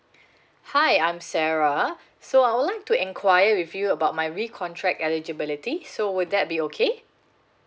hi I'm sarah so I would like to inquire with you about my recontract eligibility so will that be okay